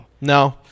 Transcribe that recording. No